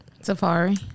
Safari